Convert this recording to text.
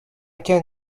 can